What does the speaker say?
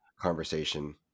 Conversation